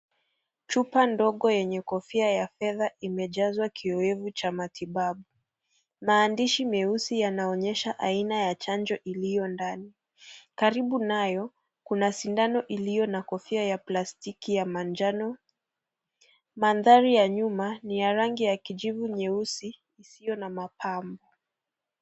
Chupa ndogo yenye kofia ya fedha imejazwa kiwevu cha matibabu. Maandishi yanaonyesha aina ya chanjo iliyo ndani. Karibu nayo kuna sindano iliyo na kofia ya plastiki ya manjano. Mandhari ya nyuma ni ya rangi ya kijivu nyeusi isiyo na mapambo.